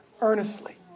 earnestly